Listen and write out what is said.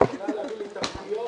מסביר את הפנייה?